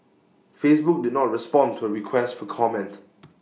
Facebook did not respond to A request for comment